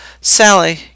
Sally